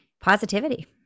positivity